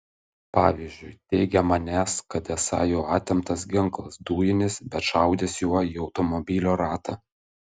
pavyzdžiui teigia manęs kad esą jo atimtas ginklas dujinis bet šaudęs juo į automobilio ratą